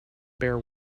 bear